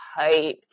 hyped